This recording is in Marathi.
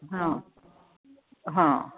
हां हां